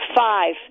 five